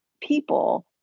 people